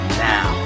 now